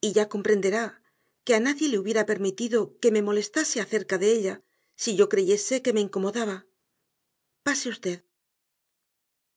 y ya comprenderá que a nadie le hubiera permitido que me molestase acerca de ella si yo creyese que me incomodaba pase usted